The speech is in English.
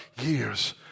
years